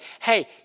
hey